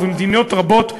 ובמדינות רבות,